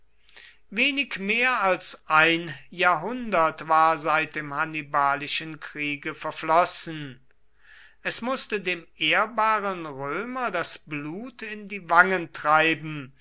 wenig mehr als ein jahrhundert war seit dem hannibalischen kriege verflossen es mußte dem ehrbaren römer das blut in die wangen treiben